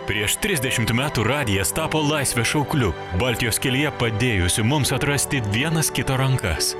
prieš trisdešimt metų radijas tapo laisvės šaukliu baltijos kelyje padėjusiu mums atrasti vienas kito rankas